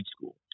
school